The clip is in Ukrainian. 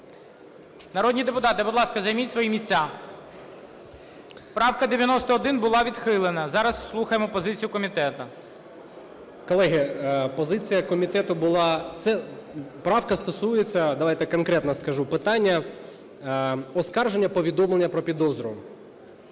Народні депутати, будь ласка, займіть свої місця. Правка 191 була відхилена, зараз слухаємо позицію комітету. 13:52:25 МОНАСТИРСЬКИЙ Д.А. Колеги, позиція комітету була… Ця правка стосується, давайте конкретно скажу, питання оскарження повідомлення про підозру.